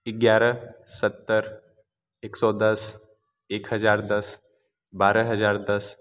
ग्यारह सत्तर एक सौ दस एक हज़ार दस बारह हज़ार दस